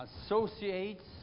Associates